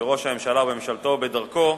בראש הממשלה ובממשלתו, בדרכו,